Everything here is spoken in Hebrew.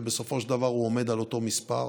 ובסופו של דבר הוא עומד על אותו מספר,